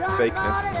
fakeness